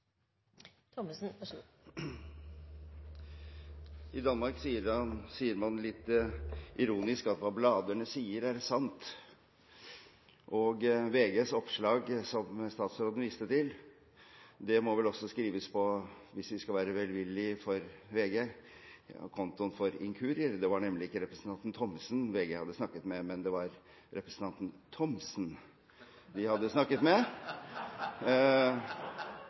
VGs oppslag, som statsråden viste til, må vel også skrives – hvis vi skal være velvillige med VG – på kontoen for inkurier. Det var nemlig ikke representanten Thommessen VG hadde snakket med, men det var representanten Thomsen de hadde snakket med. Jeg har aldri snakket med VG om dette. Jeg tror representanten Thomsen kan bekrefte at det oppslaget faktisk skriver seg fra en samtale han har hatt med